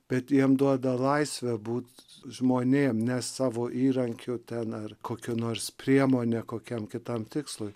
bet jiem duoda laisvę būt žmonėm ne savo įrankiu ten ar kokia nors priemone kokiam kitam tikslui